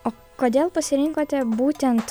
o kodėl pasirinkote būtent